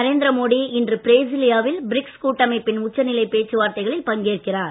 நரேந்திரமோடி இன்று Brasilia will BRICS கூட்டமைப்பின் உச்சிநிலை பேச்சுவார்த்தைகளில் பங்கேற்கிறார்